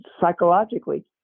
psychologically